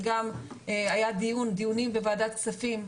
וגם היה דיונים בוועדת כספים,